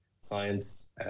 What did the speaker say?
science